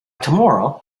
tomorrow